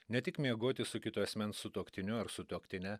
ne tik miegoti su kito asmens sutuoktiniu ar sutuoktine